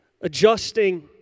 adjusting